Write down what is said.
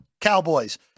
Cowboys